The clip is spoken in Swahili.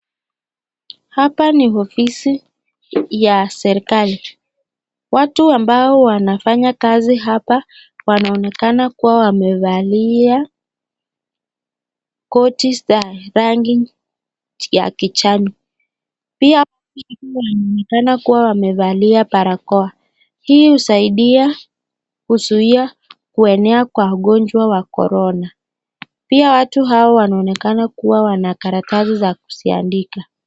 Hapa ni ofisi ya serikali. Watu ambao wanafanya kazi hapa wanaonekana kuwa wamevalia koti ya rangi ya kijani. Pia wengine wanaonekana kuwa wamevalia barakoa. Hii husaidia kuzuia kuenea kwa ugonjwa wa Corona. Pia watu hawa wanaonekana kuwa na karatasi za kuziandika.